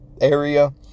area